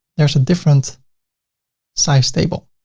there's a different size table.